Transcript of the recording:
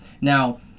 now